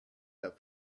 have